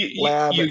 lab